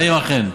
האם אכן?